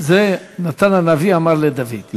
זה משהו שעשו ליהודים שחיו כמיעוטים במשך שנים.